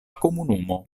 komunumo